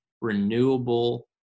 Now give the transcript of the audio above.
renewable